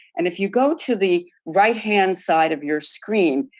and if you go to the right-hand side of your screen,